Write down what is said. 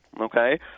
okay